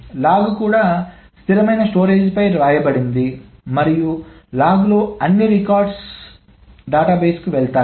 log కూడా స్థిరమైన storage పై వ్రాయబడింది మరియు లాగ్లోని అన్ని వ్రాత రికార్డ్స్ డేటాబేస్కు వెళ్లాయి